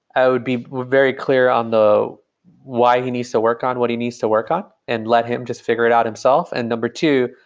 i would be very clear on why he needs to work on what he needs to work on and let him just figure it out himself. and number two,